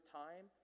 time